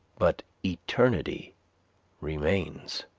but eternity remains.